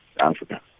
Africa